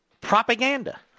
Propaganda